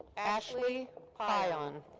ashley ah pyon.